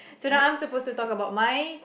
so now I'm suppose to talk about my